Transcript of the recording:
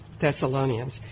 Thessalonians